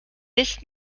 bis